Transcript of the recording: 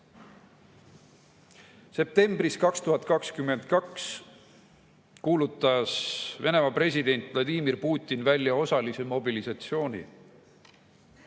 andma. Septembris 2022 kuulutas Venemaa president Vladimir Putin välja osalise mobilisatsiooni.